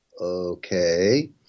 okay